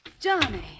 Johnny